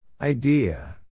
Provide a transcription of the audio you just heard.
Idea